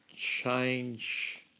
Change